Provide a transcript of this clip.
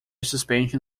suspension